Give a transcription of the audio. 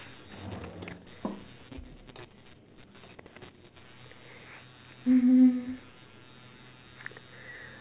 mm